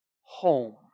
home